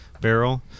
barrel